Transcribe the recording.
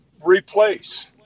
replace